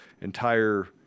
entire